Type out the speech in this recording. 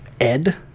Ed